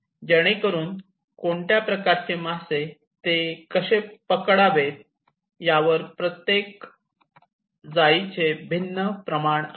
जेणेकरून ते कोणत्या प्रकारचे मासे आणि ते कसे पकडेल यावर प्रत्येक जाळीचे भिन्न प्रमाण आहे